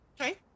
Okay